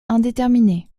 indéterminé